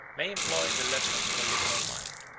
may employ the leisure of a liberal mind.